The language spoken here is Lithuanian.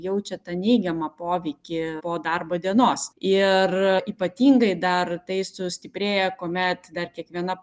jaučia tą neigiamą poveikį po darbo dienos ir ypatingai dar tai sustiprėja kuomet dar kiekviena